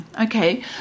okay